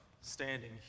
standing